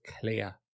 clear